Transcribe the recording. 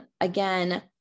again